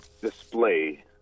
display